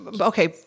Okay